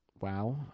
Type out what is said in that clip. Wow